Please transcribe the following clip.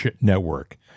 network